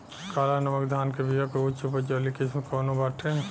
काला नमक धान के बिया के उच्च उपज वाली किस्म कौनो बाटे?